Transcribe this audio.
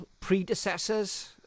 predecessors